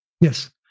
Yes